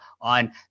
on